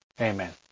Amen